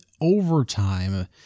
overtime